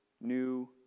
new